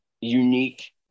unique